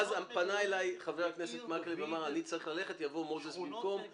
ואז פנה אלי חבר הכנסת מקלב ואמר שהוא צריך ללכת ויבוא מוזס במקומו.